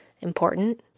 important